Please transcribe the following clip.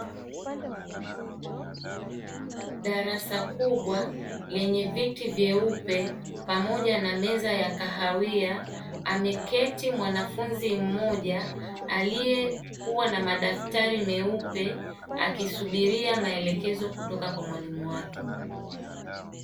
Darasa kubwa lenye viti vyeupe pamoja na meza na meza ya kahawia ameketi mwanafunzi mmoja aliekua na madaftari meupe akisubiria maelekezo kutoka kwa mwalimu wake.